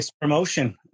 promotion